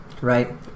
Right